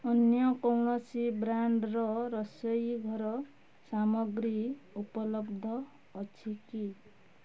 ଅନ୍ୟ କୌଣସି ବ୍ରାଣ୍ଡ୍ର ରୋଷେଇ ଘର ସାମଗ୍ରୀ ଉପଲବ୍ଧ ଅଛି କି